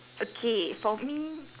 okay for me